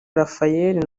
rafael